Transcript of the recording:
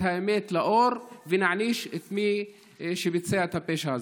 האמת לאור ולהעניש את מי שביצע את הפשע הזה.